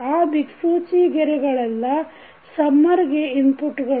ಆ ದಿಕ್ಸೂಚಿ ಗೆರೆಗಳೆಲ್ಲ ಸಮ್ಮರ್ಗೆ ಇನ್ಪುಟ್ಗಳು